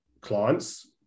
clients